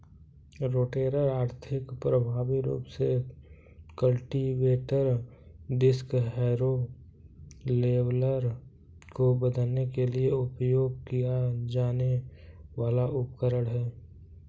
rotator आर्थिक, प्रभावी रूप से कल्टीवेटर, डिस्क हैरो, लेवलर को बदलने के लिए उपयोग किया जाने वाला उपकरण है